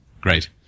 Great